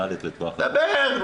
דבר.